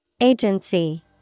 Agency